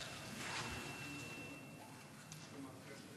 ההצעה להעביר